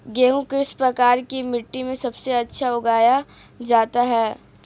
गेहूँ किस प्रकार की मिट्टी में सबसे अच्छा उगाया जाता है?